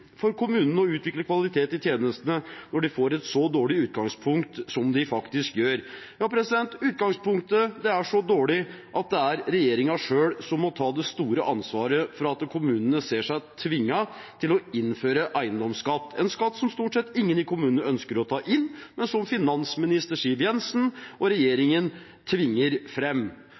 for kommunene å utvikle kvalitet i tjenestene når de får et så dårlig utgangspunkt som de faktisk gjør. Ja, utgangspunktet er så dårlig at det er regjeringen selv som må ta det store ansvaret for at kommunene ser seg tvunget til å innføre eiendomsskatt, en skatt som stort sett ingen i kommunene ønsker å ta inn, men som finansminister Siv Jensen og regjeringen tvinger